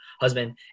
husband